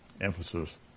Emphasis